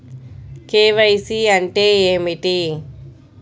KYC అంటే ఏమిటి?